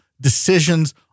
decisions